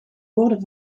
woorden